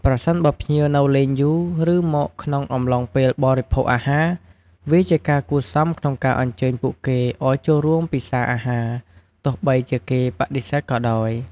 ប្រសិនបើភ្ញៀវនៅលេងយូរ ឬ មកក្នុងអំឡុងពេលបរិភោគអាហារ វាជាការគួរសមក្នុងការអញ្ជើញពួកគេឱ្យចូលរួមពិសាអាហារ ទោះបីជាគេបដិសេធក៏ដោយ។